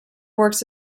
works